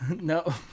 No